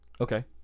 Okay